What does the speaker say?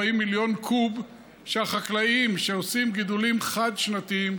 40 מיליון קוב מהחקלאים שעושים גידולים חד-שנתיים,